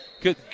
good